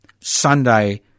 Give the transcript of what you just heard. Sunday